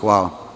Hvala.